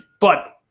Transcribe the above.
but,